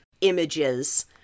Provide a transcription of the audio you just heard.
images